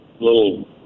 little